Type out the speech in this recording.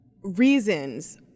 reasons